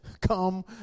come